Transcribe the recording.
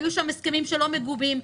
היו הסכמים לא מגובים,